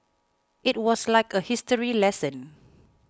it was like a history lesson